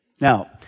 Now